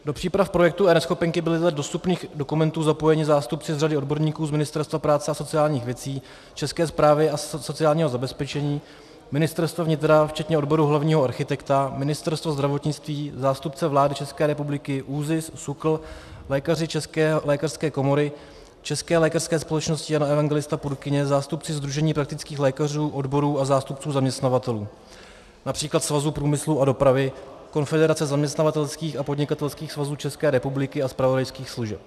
Do příprav projektu eNeschopenky byli dle dostupných dokumentů zapojeni zástupci z řady odborníků z Ministerstva práce a sociálních věcí, České správy sociálního zabezpečení, Ministerstva vnitra, včetně odboru hlavního architekta, Ministerstva zdravotnictví, zástupce vlády České republiky, ÚZIS, SÚKL, lékaři České lékařské komory, České lékařské společnosti Jana Evangelisty Purkyně, zástupci Sdružení praktických lékařů, odborů a zástupců zaměstnavatelů, například Svazu průmyslu a dopravy, Konfederace zaměstnavatelských a podnikatelských svazů České republiky a zpravodajských služeb.